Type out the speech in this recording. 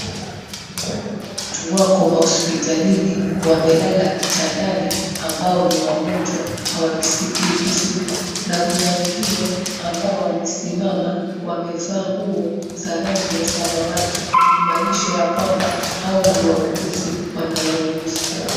Watu wako mahospitalini wamelala kitandani ambao ni wagonjwa hawajisikii vizuri na kuna wengine ambao wamesimama wamevaa nguo za rangi ya samawati kumaanisha ya kwamba hao ni wauguzi wanawauguza.